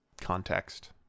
context